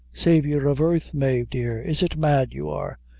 saviour of earth, mave dear, is it mad you are?